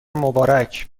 مبارک